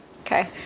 okay